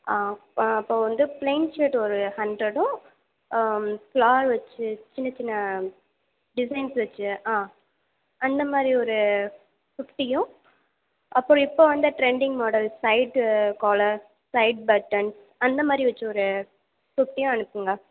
ஆ ஆ அப்போது வந்து ப்ளைன் ஷர்ட் ஒரு ஹண்ட்ரடும் ஃப்ளார் வச்சு சின்ன சின்ன டிசைன்ஸ் வச்சு ஆ அந்த மாதிரி ஒரு குர்த்தியும் அப்புறம் இப்போ வந்த trending model side collar side button அந்த மாதிரி வச்சு ஒரு குர்த்தியும் அனுப்புங்க